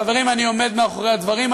חברים, אני עומד מאחורי הדברים.